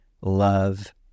love